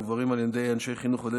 הן מועברות על ידי אנשי חינוך ועל ידי